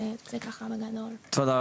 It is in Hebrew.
אז זה ככה בגדול, תודה.